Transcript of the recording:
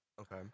Okay